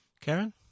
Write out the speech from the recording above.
karen